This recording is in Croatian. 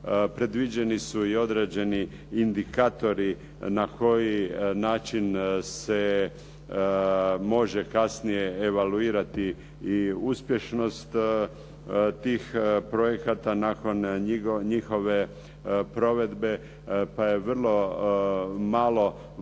Predviđeni su i određeni indikatori na koji način se može kasnije evaluirati i uspješnost tih projekata, nakon njihove provedbe pa je vrlo malo